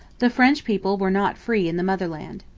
the french people were not free in the motherland.